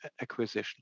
acquisition